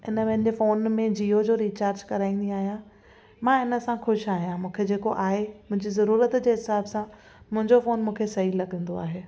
इन मुंहिंजे फोन में जीओ जो रिचार्ज कराईंदी आहियां मां इन सां ख़ुशि आहियां मूंखे जेको आहे मुंहिंजी ज़रूरत जे हिसाब सां मुंहिंजो फोन मूंखे सही लॻंदो आहे